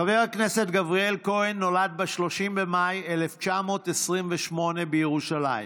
חבר הכנסת גבריאל כהן נולד ב-30 במאי 1928 בירושלים.